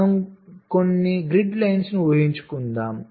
మనం కొన్ని గ్రిడ్ పంక్తులను ఊహించుకుందాం